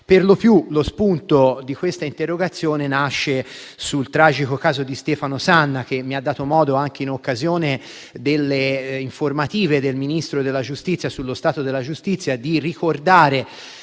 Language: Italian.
Perlopiù, lo spunto di questa interrogazione nasce dal tragico caso di Stefano Sanna, che mi ha dato modo, anche in occasione dell'informativa resa dal ministro Nordio sullo stato della giustizia, di ricordare